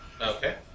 Okay